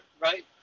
right